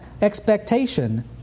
expectation